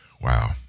Wow